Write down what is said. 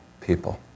people